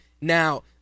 Now